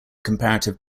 comparative